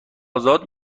ازاد